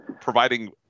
providing